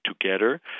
together